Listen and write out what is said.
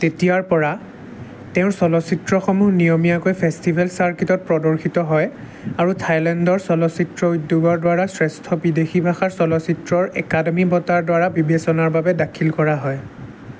তেতিয়াৰ পৰা তেওঁৰ চলচ্চিত্ৰসমূহ নিয়মীয়াকৈ ফেষ্টিভেল চাৰ্কিটত প্ৰদৰ্শিত হয় আৰু থাইলেণ্ডৰ চলচ্চিত্ৰ উদ্যোগৰ দ্বাৰা শ্ৰেষ্ঠ বিদেশী ভাষাৰ চলচ্চিত্ৰৰ একাডেমী বঁটাৰ দ্বাৰা বিবেচনাৰ বাবে দাখিল কৰা হয়